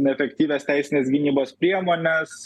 efektyvias teisines gynybos priemones